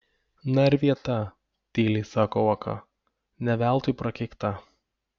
na ir vieta tyliai sako uoka ne veltui prakeikta